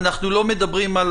אנחנו לא מדברים על